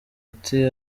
ati